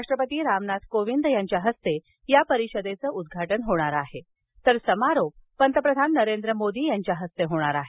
राष्ट्रपती रामनाथ कोविंद यांच्या हस्ते या परिषदेचं उद्वाटन होणार असून समारोप पंतप्रधान नरेंद्र मोदी यांच्या हस्ते होणार आहे